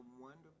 wonderful